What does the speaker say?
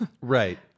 Right